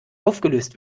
aufgelöst